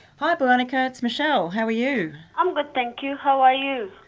hi boronika, it's michele. how are you? i'm good, thank you. how are you?